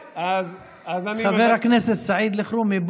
חבר הכנסת סעיד אלחרומי,